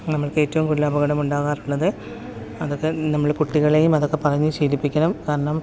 നമ്മൾക്ക് ഏറ്റവും കൂടുതൽ അപകടം ഉണ്ടാകാറുള്ളത് അതൊക്കെ നമ്മൾ കുട്ടികളേയും അതൊക്കെ പറഞ്ഞു ശീലിപ്പിക്കണം കാരണം